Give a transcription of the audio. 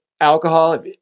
alcohol